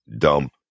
dump